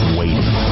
waiting